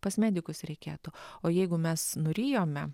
pas medikus reikėtų o jeigu mes nurijome